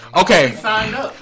Okay